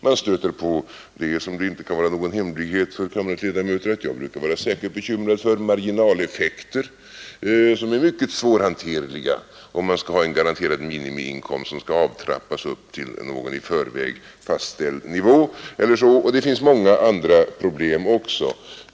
Man stöter på — vilket inte kan vara någon hemlighet för kammarens ledamöter att jag har varit särskilt bekymrad för — marginaleffekter som är mycket svårhanterliga, om man skall ha en garanterad minimiinkomst som skall trappas upp till någon i förväg garanterad nivå. Det finns många andra problem också.